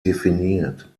definiert